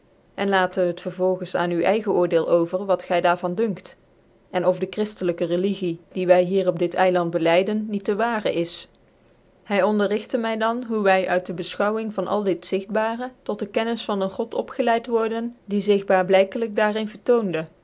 cn laten het vervolgens aan u eigen oordcel over wat gy daar van dunkt cn of dc chriftelijke religie die wy hier op dit eiland belijden niet dc waare is hy onderrigte my dan hoe wy uit dc befchouwing van al dit zigtbarc tot dc kennis van een god opgeleid worden die zig baarblijkelijk daar in vertoonde